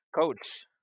Coach